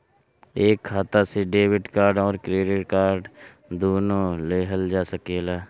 एक खाता से डेबिट कार्ड और क्रेडिट कार्ड दुनु लेहल जा सकेला?